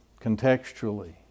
contextually